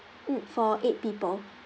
mm for eight people